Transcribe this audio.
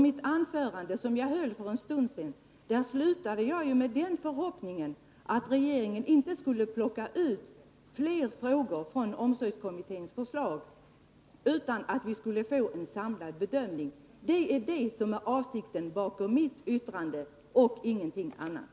Det anförande som jag höll för en stund sedan avslutade jag också med att uttala förhoppningen att regeringen inte skulle plocka ut fler frågor från omsorgskommitténs förslag, utan att vi skulle få en samlad bedömning av förslagen. Det är avsikten med mitt särskilda yttrande och ingenting annat.